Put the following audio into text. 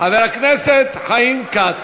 חבר הכנסת חיים כץ,